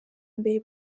mbere